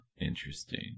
interesting